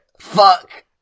fuck